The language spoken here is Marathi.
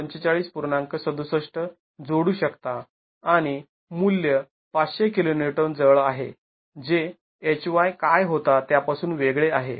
६७ जोडू शकता आणि मूल्य ५०० kN जवळ आहे जे Hy काय होता त्यापासून वेगळे आहे